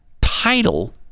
title